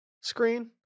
screen